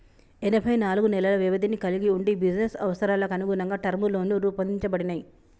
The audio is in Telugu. ఎనబై నాలుగు నెలల వ్యవధిని కలిగి వుండి బిజినెస్ అవసరాలకనుగుణంగా టర్మ్ లోన్లు రూపొందించబడినయ్